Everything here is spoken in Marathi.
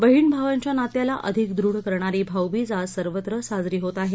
बहिण भावांच्या नात्याला अधिक दूढ करणारी भाऊबीज आज सर्वत्र साजरी होत आहे